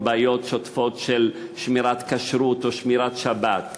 בעיות שוטפות של שמירת כשרות או שמירת שבת,